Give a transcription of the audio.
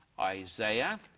Isaiah